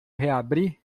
reabrir